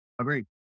Agreed